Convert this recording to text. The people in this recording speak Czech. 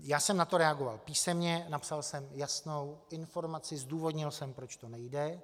Já jsem na to reagoval písemně, napsal jsem jasnou informaci, zdůvodnil jsem, proč to nejde.